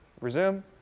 resume